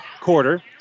quarter